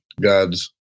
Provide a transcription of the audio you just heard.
God's